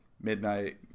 midnight